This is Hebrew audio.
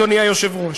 אדוני היושב-ראש.